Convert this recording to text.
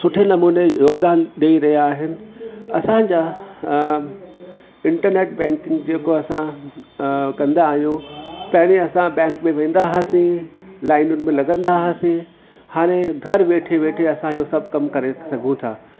सुठे नमूने योगदान ॾई रहिया आहिनि असांजा इंटरनेट बैंकिंग जेको असां कंदा आहियूं पहिरियों असां बैंक में वेंदा हुआसीं लाईनुन में लॻंदा हुआसीं हाणे घर वेठे वेठे असां इहो सभु कमु करे सघूं था